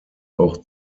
auch